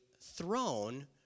throne